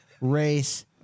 race